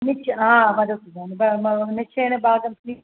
निच्च् वदतु निश्चयेन भागं स्वी